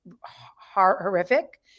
horrific